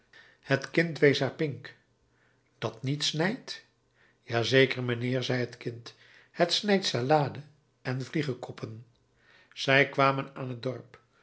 het kind wees haar pink dat niet snijdt ja zeker mijnheer zei het kind het snijdt salade en vliegenkoppen zij kwamen aan het dorp